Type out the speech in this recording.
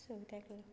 so ताका लागून